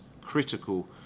critical